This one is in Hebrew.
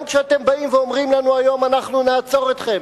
גם כשאתם באים ואומרים לנו היום: אנחנו נעצור אתכם,